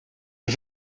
een